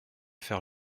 faire